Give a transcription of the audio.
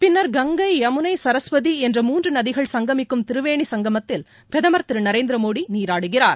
பின்னர் கங்கை யமுனை சரஸ்வதி என்ற மூன்று நதிகள் சங்கமிக்கும் திரிவேணி சங்கமத்தில் பிரதமர் திரு நரேந்திரமோடி நீராடுகிறார்